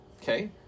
okay